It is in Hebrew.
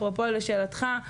אפרופו שאלתך,